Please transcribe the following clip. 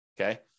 Okay